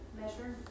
measure